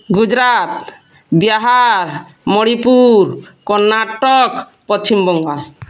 Gujarat Bihar Manipur Karnataka Paschimbanga